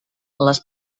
les